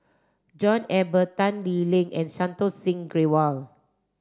John Eber Tan Lee Leng and Santokh Singh Grewal